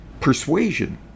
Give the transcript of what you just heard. persuasion